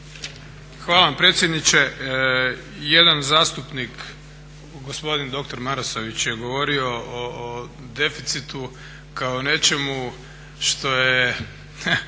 Hvala vam predsjedniče. Jedan zastupnik, gospodin doktor Marasović je govorio o deficitu kao nečemu što je